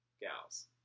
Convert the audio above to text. gals